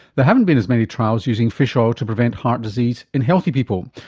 there haven't been as many trials using fish oil to prevent heart disease in healthy people.